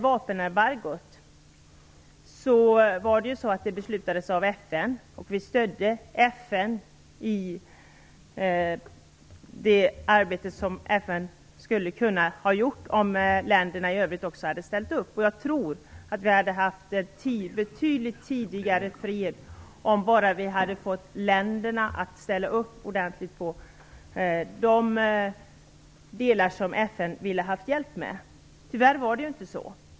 Vapenembargot beslutades ju av FN. Vi stödde FN i det arbete som FN skulle kunna ha gjort om länderna i övrigt hade ställt upp. Jag tror att vi betydligt tidigare hade sett en fred om vi bara hade fått länderna att ordentligt ställa upp på de delar som FN ville ha hjälp med. Tyvärr blev det inte så.